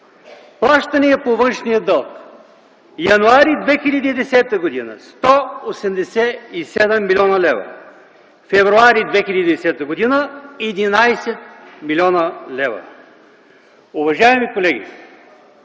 Плащания по външния дълг: м. януари 2010 г. – 187 млн. лв.; м. февруари 2010 г. – 11 млн. лв. Уважаеми колеги,